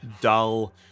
dull